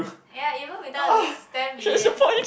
ya even without this ten million